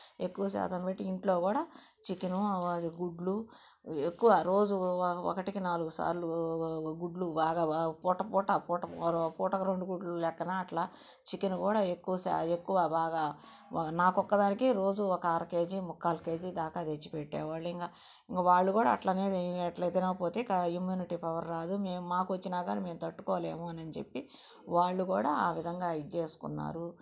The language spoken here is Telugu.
ఎక్కువ శాతం పెట్టి ఇంట్లో కూడా చికెను గుడ్లు ఎక్కువ రోజు ఒకటికి నాలుగు సార్లు గుడ్లు బాగా పూట పూట పూట పూటకి రెండు గుడ్లు లెక్కన అట్లా చికెన్ కూడా ఎక్కువ బాగా నాకు ఒక్కదానికే రోజు ఒక అర కేజీ ముక్కలు కేజీ దాకా తెచ్చిపెట్టేవాళ్ళు ఇంకా ఇంకా వాళ్ళు కూడా అట్లనే ఇట్లా తినకపోతే ఇక ఇమ్యూనిటీ పవర్ రాదు మాకు వచ్చిన కానీ మేము తట్టుకోలేము అనని చెప్పివాళ్ళు కూడా ఆ విధంగా ఇది చేసుకున్నారు